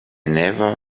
never